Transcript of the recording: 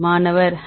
மாணவர் H